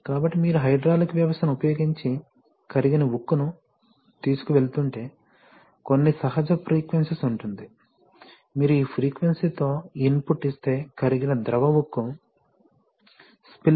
కాబట్టి మీరు హైడ్రాలిక్ వ్యవస్థను ఉపయోగించి కరిగిన ఉక్కును తీసుకువెళుతుంటే కొన్ని సహజ ఫ్రీక్వెన్సీ ఉంటుంది మీరు ఈ ఫ్రీక్వెన్సీ తో ఇన్పుట్ ఇస్తే కరిగిన ద్రవ ఉక్కు స్పిల్ అవుతుంది